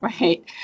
right